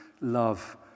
love